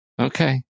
Okay